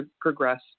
progress